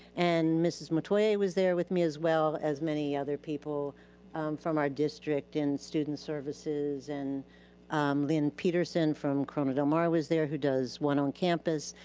and mrs. metoyer was there with me, as well as many other people from our district in student services, and lynn peterson from corona del mar was there who does one on campus.